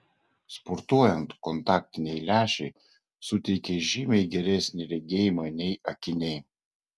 sportuojant kontaktiniai lęšiai suteikia žymiai geresnį regėjimą nei akiniai